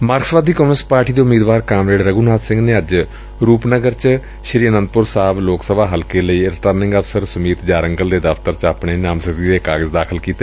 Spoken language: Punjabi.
ਮਾਰਕਸਵਾਦੀ ਕਮਿਉਨਿਸਟ ਪਾਰਟੀ ਦੇ ਉਮੀਦਵਾਰ ਕਾਮਰੇਡ ਰਘੁਨਾਬ ਸਿੰਘ ਨੇ ਅੱਜ ਰੁਪਨਗਰ ਚ ਸ੍ਰੀ ਆਨੰਦਪੁਰ ਸਾਹਿਬ ਲੋਕ ਸਭਾ ਹਲਕੇ ਲਈ ਰਿਟਰਨੰਗ ਅਫਸਰ ਸੁਮੀਤ ਜਾਰੰਗਲ ਦੇ ਦਫ਼ਤਰ ਚ ਆਪਣੇ ਨਾਮਜ਼ਦਗੀ ਦੇ ਕਾਗਜ਼ ਦਾਖਲ ਕੀਤੇ